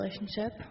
relationship